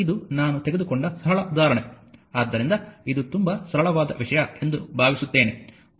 ಆದ್ದರಿಂದ ಇದು ತುಂಬಾ ಸರಳವಾದ ವಿಷಯ ಎಂದು ಭಾವಿಸುತ್ತೇವೆ